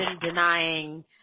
denying